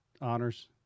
honors